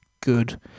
good